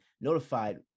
notified